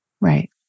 right